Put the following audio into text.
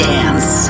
Dance